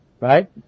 right